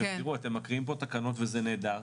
תראו, אתם מקריאים פה תקנות וזה נהדר,